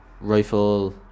Rifle